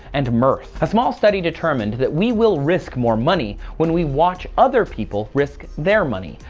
and mirth. a small study determined that we will risk more money when we watch other people risk their money,